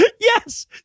Yes